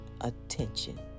attention